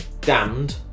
Damned